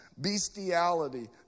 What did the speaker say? bestiality